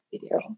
video